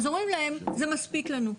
אומרים להם שזה מספיק לנו.